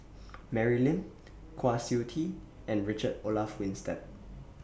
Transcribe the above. Mary Lim Kwa Siew Tee and Richard Olaf Winstedt